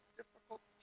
difficult